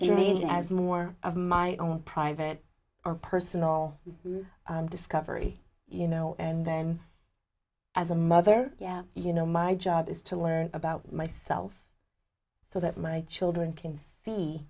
reason as more of my own private or personal discovery you know and then as a mother yeah you know my job is to learn about myself so that my children can